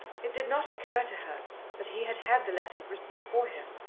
it did not occur to her that he had had the letter written for him,